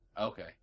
Okay